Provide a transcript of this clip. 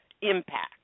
impact